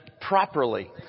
properly